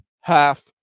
half